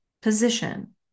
position